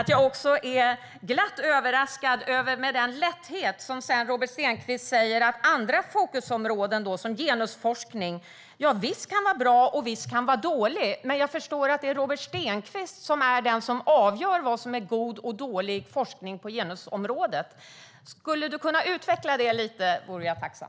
Jag är glatt överraskad över att Robert Stenkvist med en sådan lätthet sedan säger att andra fokusområden, som genusforskning, visst kan vara bra och visst kan vara dålig. Men jag förstår att Robert Stenkvist är den som avgör vad som är god och vad som är dålig forskning på genusområdet. Skulle du kunna utveckla detta lite grann, Robert Stenkvist, vore jag tacksam.